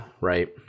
right